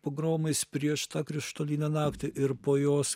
pogromais prieš tą krištolinę naktį ir po jos